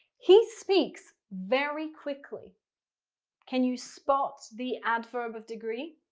he speaks very quickly can you spot the adverb of degree?